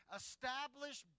establish